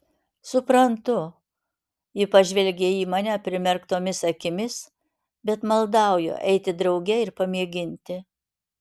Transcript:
suprantu ji pažvelgė į mane primerktomis akimis bet maldauju eiti drauge ir pamėginti